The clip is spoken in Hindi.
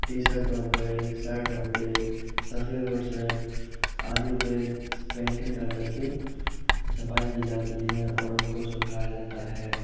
टीशर्टों पर शर्टों पर सफेदों बुरशर्ट आदि पर पेंटिंग कर करके छपाई की जाती है और उनको सुखाया जाता है